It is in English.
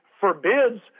forbids